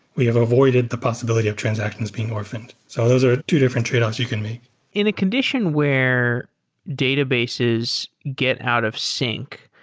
we have avoided the possibility of transactions being orphaned. so those are two different tradeoffs you can make in a condition where databases get out of sync,